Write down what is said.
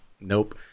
nope